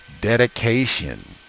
dedication